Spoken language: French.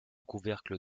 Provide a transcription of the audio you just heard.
couvercle